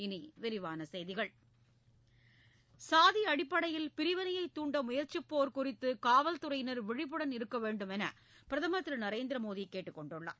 இனி விரிவான செய்திகள் சாதி அடிப்படையில் பிரிவினையை தூன்ட முயற்சிப்போர் குறித்து காவல் துறையினர் விழிப்புடன் வேண்டும் இருக்க என பிரதமர் திரு நரேந்திர மோடி கேட்டுக்கொண்டுள்ளார்